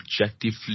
objectively